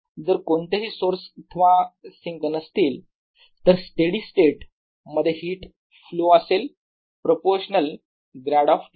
जर कोणतेही सोर्स अथवा सिंक नसतील तर स्टेडी स्टेट मध्ये हीट फ्लो असेल प्रोपोर्शनाल ग्रॅड ऑफ T च्या